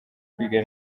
kwiga